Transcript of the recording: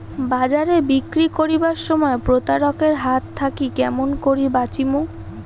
বাজারে বিক্রি করিবার সময় প্রতারক এর হাত থাকি কেমন করি বাঁচিমু?